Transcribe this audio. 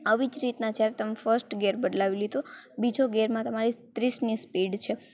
આવી જ રીતના જ્યારે તમે ફર્સ્ટ ગેર બદલાવી લીધો બીજો ગેરમાં તમારી ત્રીસની સ્પીડ છે